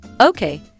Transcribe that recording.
Okay